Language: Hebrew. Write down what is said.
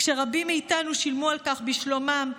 כשרבים מאיתנו שילמו על כך בשלומם,